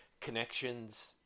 connections